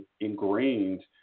ingrained